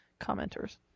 commenters